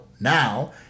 now